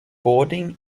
boarding